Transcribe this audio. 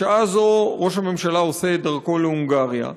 בשעה זו ראש הממשלה עושה את דרכו להונגריה,